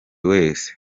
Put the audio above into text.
wese